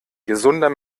gesunder